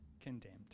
condemned